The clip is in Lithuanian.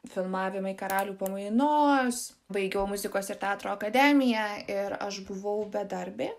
filmavimai karalių pamainos baigiau muzikos ir teatro akademiją ir aš buvau bedarbė